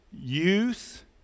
youth